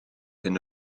hyn